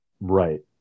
Right